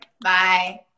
Bye